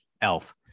Elf